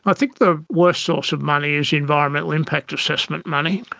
ah think the worst source of money is environmental impact assessment money,